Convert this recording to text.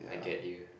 I get you